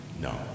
No